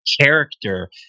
character